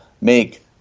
make